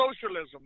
socialism